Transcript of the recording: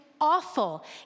awful